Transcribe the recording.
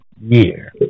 year